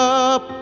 up